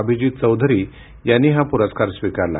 अभिजीत चौधरी यांनी हा पुरस्कार स्वीकारला